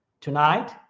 Tonight